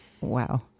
Wow